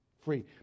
free